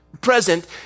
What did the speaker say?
present